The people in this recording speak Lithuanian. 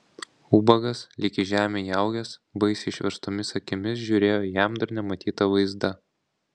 ubagas lyg į žemę įaugęs baisiai išverstomis akimis žiūrėjo į jam dar nematytą vaizdą